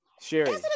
Sherry